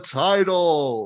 title